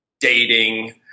dating